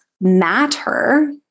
matter